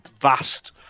vast